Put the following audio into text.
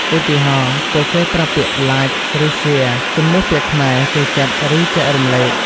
ឧទាហរណ៍ ពួកគេប្រើពាក្យថា "like" ឬ "share" ជំនួសពាក្យខ្មែរ "ចូលចិត្ត" ឬ "ចែករំលែក"។